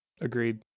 Agreed